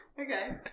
Okay